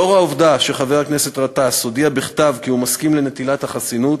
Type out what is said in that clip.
מכיוון שחבר הכנסת גטאס הודיע בכתב כי הוא מסכים לנטילת החסינות,